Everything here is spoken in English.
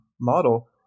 model